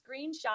screenshot